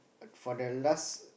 for the last